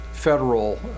federal